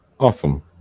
Awesome